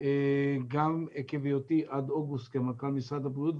גם בשל היותי עד אוגוסט מנכ"ל משרד הבריאות.